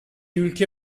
ülke